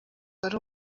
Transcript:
ari